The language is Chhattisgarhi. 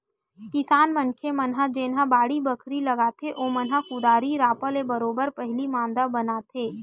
किसान मनखे मन जेनहा बाड़ी बखरी लगाथे ओमन ह कुदारी रापा ले बरोबर पहिली मांदा बनाथे